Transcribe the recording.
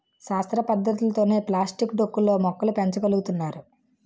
శాస్త్ర పద్ధతులతోనే ప్లాస్టిక్ డొక్కు లో మొక్కలు పెంచ గలుగుతున్నారు